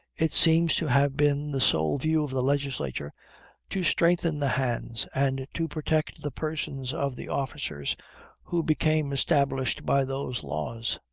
it seems to have been the sole view of the legislature to strengthen the hands and to protect the persons of the officers who became established by those laws,